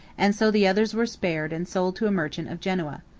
and so the others were spared and sold to a merchant of genoa.